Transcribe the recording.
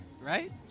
Right